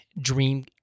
dream